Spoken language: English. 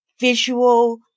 visual